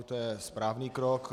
To je správný krok.